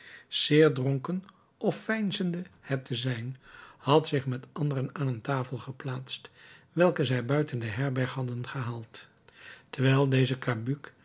zeer dronken of veinzende het te zijn had zich met anderen aan een tafel geplaatst welke zij buiten de herberg hadden gehaald terwijl deze cabuc